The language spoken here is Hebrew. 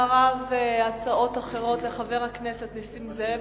אחריו, הצעות אחרות לחבר הכנסת נסים זאב